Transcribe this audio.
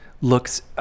Looks